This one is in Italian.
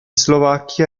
slovacchia